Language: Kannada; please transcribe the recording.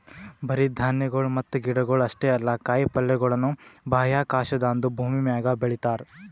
ಬರೇ ಧಾನ್ಯಗೊಳ್ ಮತ್ತ ಗಿಡಗೊಳ್ ಅಷ್ಟೇ ಅಲ್ಲಾ ಕಾಯಿ ಪಲ್ಯಗೊಳನು ಬಾಹ್ಯಾಕಾಶದಾಂದು ಭೂಮಿಮ್ಯಾಗ ಬೆಳಿತಾರ್